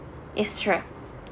it's true